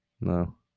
no